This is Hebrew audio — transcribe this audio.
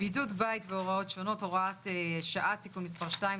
(בידוד בית והוראות שונות) (הוראת שעה) (תיקון מספר 2),